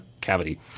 cavity